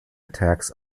attacks